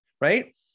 right